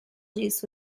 juice